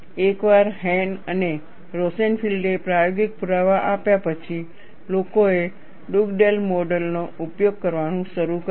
એકવાર હેન અને રોસેનફિલ્ડે પ્રાયોગિક પુરાવા આપ્યા પછી લોકોએ ડગડેલ મોડનો ઉપયોગ કરવાનું શરૂ કર્યું